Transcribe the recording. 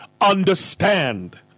understand